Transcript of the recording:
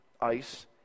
ice